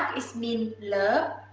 is mean love,